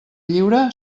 lliure